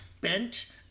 bent